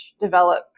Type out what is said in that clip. develop